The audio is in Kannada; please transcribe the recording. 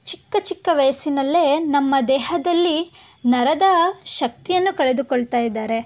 ಚಿಕ್ಕ ಚಿಕ್ಕ ವಯಸ್ಸಿನಲ್ಲೇ ನಮ್ಮ ದೇಹದಲ್ಲಿ ನರದ ಶಕ್ತಿಯನ್ನು ಕಳೆದುಕೊಳ್ತಾ ಇದ್ದಾರೆ